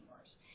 worse